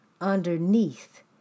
underneath